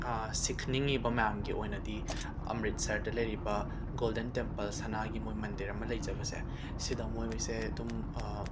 ꯁꯤꯈ ꯅꯤꯡꯉꯤꯕ ꯃꯌꯥꯝꯒꯤ ꯑꯣꯏꯅꯗꯤ ꯑꯃ꯭ꯔꯤꯠꯁꯔꯗ ꯂꯩꯔꯤꯕ ꯒꯣꯜꯗꯟ ꯇꯦꯝꯄꯜ ꯁꯅꯥꯒꯤ ꯃꯣꯏꯒꯤ ꯃꯟꯗꯤꯔ ꯑꯃ ꯂꯩꯖꯕꯁꯦ ꯁꯤꯗ ꯃꯣꯏꯁꯦ ꯑꯗꯨꯝ